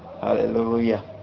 Hallelujah